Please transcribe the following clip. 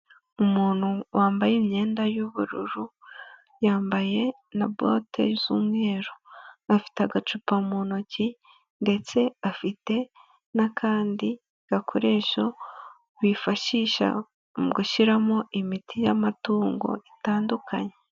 Umuntu wambaye imyenda y'ubururu yambaye na bote z'umweru afite agacupa mu ntoki ndetse afite n'akandi gakoresho bifashisha mu gushyiramo imiti y'amatungo itandukanye.